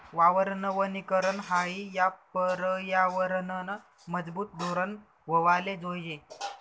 वावरनं वनीकरन हायी या परयावरनंनं मजबूत धोरन व्हवाले जोयजे